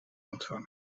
ontvangen